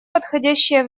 подходящее